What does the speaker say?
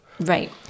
Right